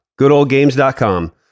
goodoldgames.com